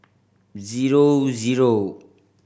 zero zero